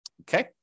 okay